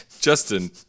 justin